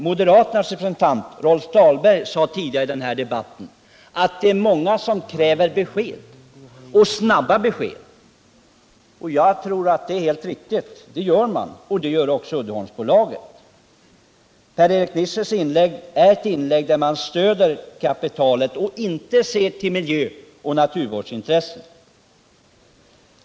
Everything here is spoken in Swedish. Moderaternas representant, Rolf Dahlberg, sade tidigare i den här debatten att det är många som kräver besked, och snabba besked. Jag tror att det är helt riktigt. Det gör också Uddeholmsbolaget. Per-Erik Nissers inlägg visar att han stöder kapitalet och inte ser till miljöoch naturvårdsintressen.